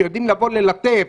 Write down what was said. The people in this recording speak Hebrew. שיודעים לבוא ללטף,